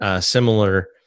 similar